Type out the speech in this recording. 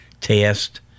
test